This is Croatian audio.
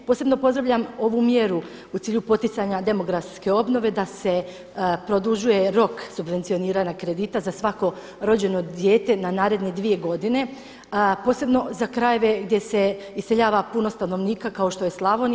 Posebno pozdravljam ovu mjeru u cilju poticanja demografske obnove da se produžuje rok subvencioniranja kredita za svako rođeno dijete na naredne dvije godine, posebno za krajeve gdje se iseljava puno stanovnika kao što je Slavonija.